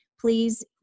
please